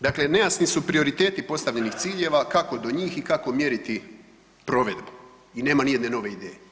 Dakle, nejasni su prioriteti postavljenih ciljeva kako do njih i kako mjeriti provedbu i nema ni jedne nove ideje.